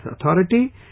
authority